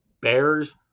Bears